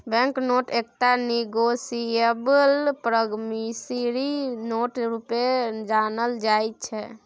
bank note एकटा negotiable promissory note रुपे जानल जाइ छै